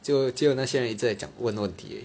就只有那些人一直在讲问题而已